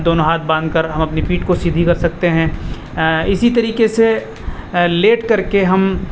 دونوں ہاتھ باندھ کر ہم اپنی پیٹھ کو سیدھی کر سکتے ہیں اسی طریقے سے لیٹ کر کے ہم